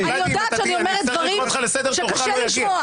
ולדי, אני אצטרך לקרוא אותך לסדר, תורך לא יגיע.